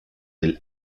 del